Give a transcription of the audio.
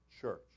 church